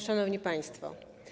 Szanowni Państwo!